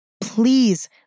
Please